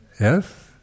Yes